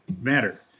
matter